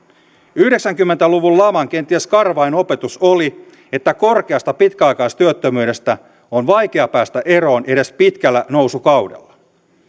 yhdeksänkymmentä luvun laman kenties karvain opetus oli että korkeasta pitkäaikaistyöttömyydestä on vaikea päästä eroon edes pitkällä nousukaudella